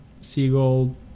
Seagull